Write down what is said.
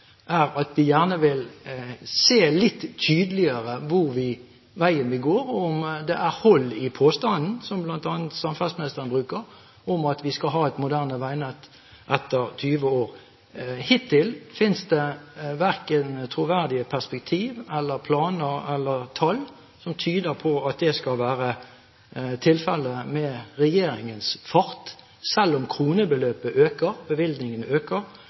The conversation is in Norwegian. at de gjerne vil se litt tydeligere hvor veien vil gå, og om det er hold i påstanden om at, som blant andre samferdselsministeren bruker, vi skal ha et moderne veinett etter 20 år. Hittil finnes det verken troverdige perspektiv, planer eller tall som tyder på at det vil være tilfellet med regjeringens fart. Selv om kronebeløpet øker,